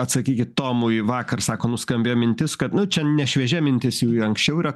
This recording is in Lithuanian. atsakykit tomui vakar sako nuskambėjo mintis kad nu čia ne šviežia mintis ji anksčiau yra